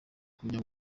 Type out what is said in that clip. kujya